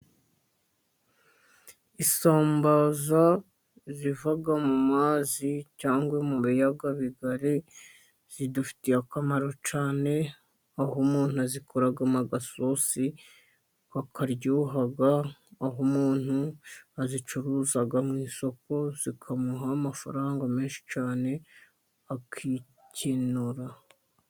Isambaza ziva mu mazi cyangwa mu biyaga bigari, zidufitiye akamaro cyane, aho umuntu azikoramo agasosi kakaryoha, aho umuntu azicuruza mu isoko zikamuha amafaranga menshi cyane akikenura.